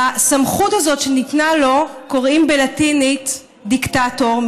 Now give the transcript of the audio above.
לסמכות הזאת שניתנה לו קוראים בלטינית "דיקטטור" תודה.